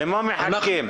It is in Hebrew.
למה מחכים?